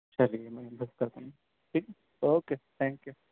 چلیے میں بس کرتا ہوں ٹھیک ہے اوکے تھینک یو